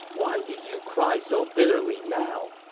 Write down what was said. why do you cry so bitterly now?